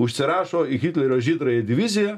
užsirašo į hitlerio žydrąjį diviziją